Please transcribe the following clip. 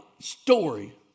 story